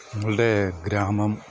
ഞങ്ങളുടെ ഗ്രാമം